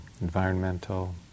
environmental